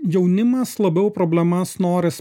jaunimas labiau problemas nori